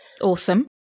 awesome